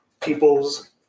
people's